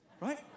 Right